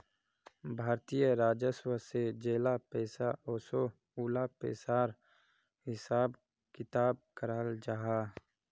भारतीय राजस्व से जेला पैसा ओसोह उला पिसार हिसाब किताब कराल जाहा